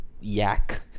Yak